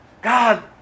God